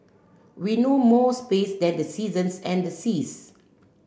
we know most space than the seasons and the seas